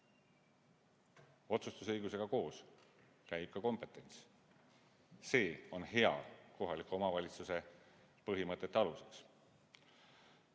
Otsustusõigusega koos käib ka kompetents. See on hea kohaliku omavalitsuse põhimõtete aluseks.